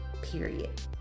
period